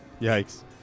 Yikes